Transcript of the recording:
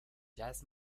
jazz